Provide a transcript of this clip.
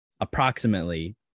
approximately